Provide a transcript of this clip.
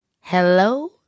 Hello